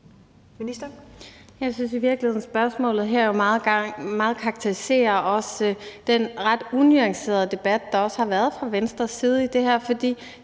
jo meget godt karakteriserer den ret unuancerede debat, der også har været fra Venstres side